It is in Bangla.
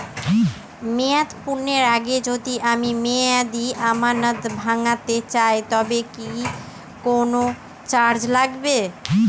মেয়াদ পূর্ণের আগে যদি আমি মেয়াদি আমানত ভাঙাতে চাই তবে কি কোন চার্জ লাগবে?